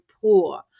poor